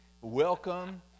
Welcome